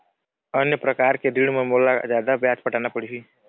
अन्य प्रकार के ऋण म मोला का जादा ब्याज पटाना पड़ही?